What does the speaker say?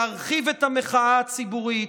להרחיב את המחאה הציבורית,